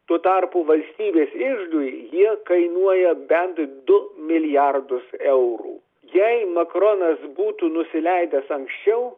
tuo tarpu valstybės iždui jie kainuoja bent du milijardus eurų jei makronas būtų nusileidęs anksčiau